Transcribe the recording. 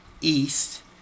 east